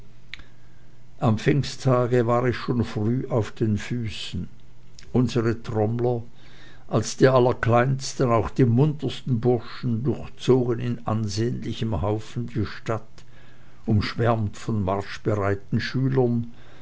am pfingsttage war ich schon früh auf den füßen unsere trommler als die allerkleinsten auch die muntersten bursche durchzogen in ansehnlichem haufen die stadt umschwärmt von marschbereiten schülern